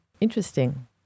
interesting